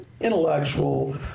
intellectual